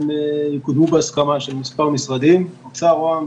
יקודמו בהסכמה של מספר משרדים: משרד ראש הממשלה,